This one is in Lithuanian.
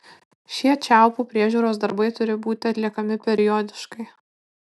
šie čiaupų priežiūros darbai turi būti atliekami periodiškai